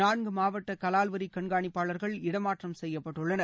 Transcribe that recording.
நான்கு மாவட்ட கலால் வரி கண்காணிப்பாளர்கள் இடமாற்றம் செய்யப்பட்டுள்ளனர்